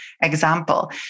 example